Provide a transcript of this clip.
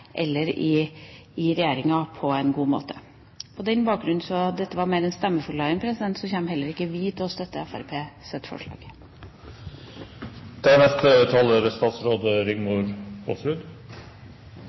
eller i regjeringa, på en god måte. På denne bakgrunn – dette var mer en stemmeforklaring – kommer heller ikke vi til å støtte Fremskrittspartiets forslag. Som jeg har påpekt i mitt brev til Stortingets kommunal- og forvaltningskomité av 27. april, er